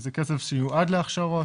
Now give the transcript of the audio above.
זה כסף שיועד להכשרות.